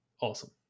awesome